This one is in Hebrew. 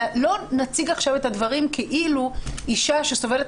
לא נציג עכשיו את הדברים כאילו אישה שסובלת